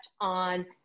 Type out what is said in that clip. on